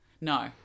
No